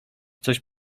coś